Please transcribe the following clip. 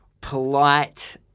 polite